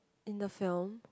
in the film